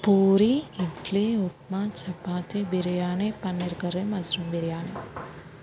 Puri idli upma chapati biryani paneer curry mushroom biryani